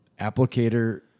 applicator